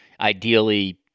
ideally